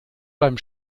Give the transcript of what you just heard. beim